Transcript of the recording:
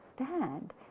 understand